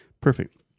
Perfect